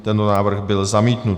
Tento návrh byl zamítnut.